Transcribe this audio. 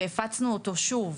והפצנו אותו שוב,